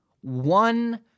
one